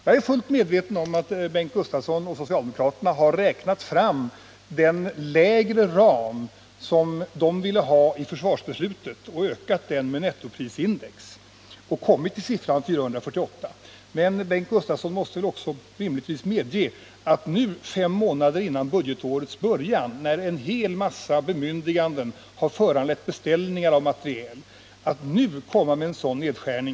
Jag är fullt medveten om att Bengt Gustavsson och socialdemokraterna har räknat fram den lägre ram som de ville ha i försvarsbeslutet 1977, ökat den med nettoprisindex och kommit fram till beloppet 448 milj.kr. Men Bengt Gustavsson måste rimligtvis medge att det inte är realistisk politik att nu fem månader före budgetårets början, när en hel massa bemyndiganden har föranlett beställningar av materiel, komma med en sådan nedskärning.